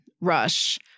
rush